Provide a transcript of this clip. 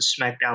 SmackDown